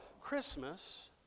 Christmas